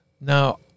Now